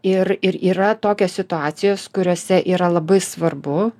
ir ir yra tokios situacijos kuriose yra labai svarbu